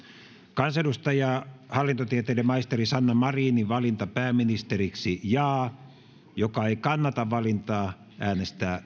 kansanedustaja hallintotieteiden maisteri sanna marinin valinta pääministeriksi jaa joka ei kannata valintaa äänestää